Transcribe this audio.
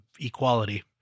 equality